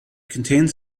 contains